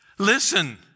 Listen